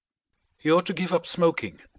he ought to give up smoking.